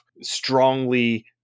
strongly